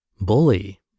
bully